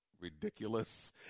ridiculous